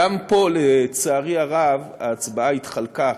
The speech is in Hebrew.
גם פה, לצערי הרב, ההצבעה התחלקה